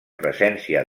presència